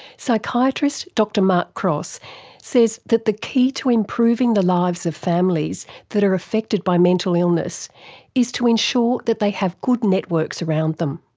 psychiatrist dr mark cross says that the key to improving the lives of families that are affected by mental illness is to ensure that they have good networks around them.